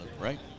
right